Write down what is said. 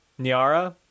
Niara